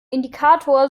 indikator